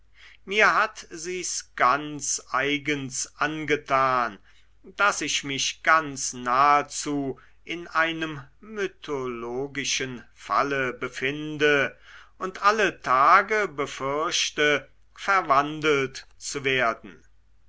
mir hat sie's ganz eigens angetan daß ich mich ganz nahezu in einem mythologischen falle befinde und alle tage befürchte verwandelt zu werden